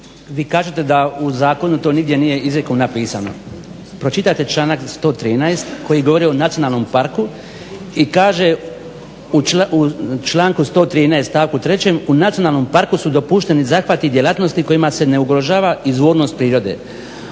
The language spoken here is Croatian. vi kažete da u Zakonu to nije nigdje izrijekom napisano. Pročitajte članak 113. koji govori o nacionalnom parku i kaže u članku 113. stavku 3. "U nacionalnom parku su dopušteni zahvati i djelatnosti kojima se ne ugrožava izvornost prirode"